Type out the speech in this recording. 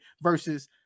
versus